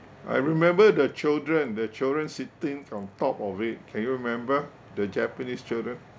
I remember the children the children sitting from top of it can you remember the japanese children